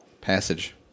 Passage